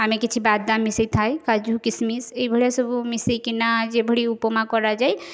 ଆମେ କିଛି ବାଦାମ ମିଶାଇ ଥାଏ କାଜୁ କିସମିସ୍ ଏଇ ଭଳିଆ ସବୁ ମିଶାଇକିନା ଯେଭଳି ଉପମା କରାଯାଏ